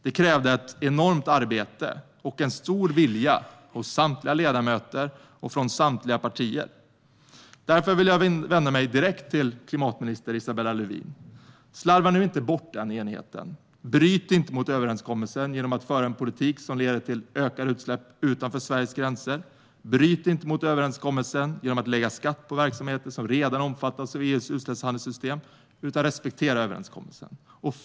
Det krävde ett enormt arbete och en stor vilja hos samtliga ledamöter och från samtliga partier. Därför vill jag vända mig direkt till klimatminister Isabella Lövin. Slarva nu inte bort enigheten! Bryt inte mot överenskommelsen genom att föra en politik som leder till ökade utsläpp utanför Sveriges gränser! Bryt inte mot överenskommelsen genom att lägga skatt på verksamheter som redan omfattas av EU:s utsläppshandelssystem, utan respektera överenskommelsen!